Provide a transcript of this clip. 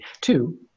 Two